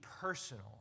personal